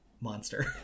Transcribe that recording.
monster